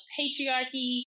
patriarchy